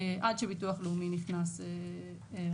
עד שביטוח לאומי נכנס לתמונה.